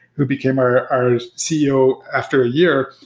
who became our our ceo after a year.